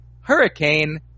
hurricane